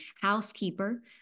housekeeper